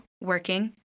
working